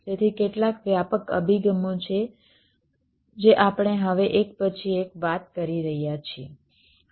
તેથી કેટલાક વ્યાપક અભિગમો જે આપણે હવે એક પછી એક વાત કરી રહ્યા છીએ